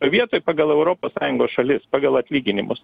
vietoj pagal europos sąjungos šalis pagal atlyginimus